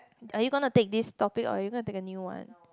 are you gonna take this topic or you gonna to take a new one